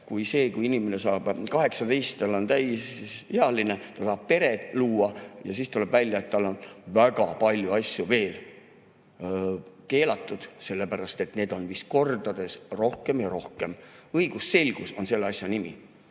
kui see, et kui inimene saab 18, on täisealine, ta saab pere luua, aga tuleb välja, et tal on väga palju asju veel keelatud. Neid on kordades rohkem ja rohkem. Õigusselgus on selle asja nimi,